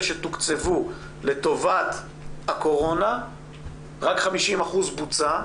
שתוקצבו לטובת הקורונה רק 50% בוצע,